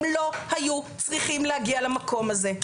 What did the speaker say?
הם לא היו צריכים להגיע למקום הזה.